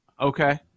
Okay